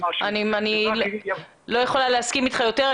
אני לא יכולה להסכים אתך יותר.